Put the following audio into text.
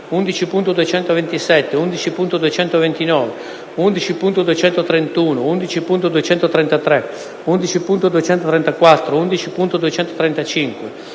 11.227, 11.229, 11.231, 11.233, 11.234, 11.235,